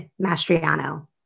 Mastriano